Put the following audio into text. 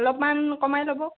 অলপমান কমাই ল'ব